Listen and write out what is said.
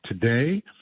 today